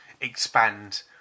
expand